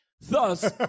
thus